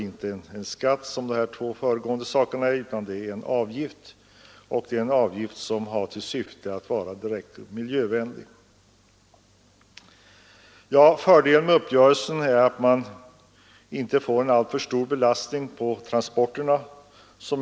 I denna senare fråga har utskottet ännu inte lagt fram något förslag. Fördelen med den uppgörelse som träffats är att vi får en mindre kostnadsbelastning på transporterna.